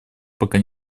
пока